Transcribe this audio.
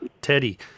Teddy